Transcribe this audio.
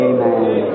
Amen